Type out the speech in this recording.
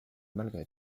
malgré